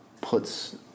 puts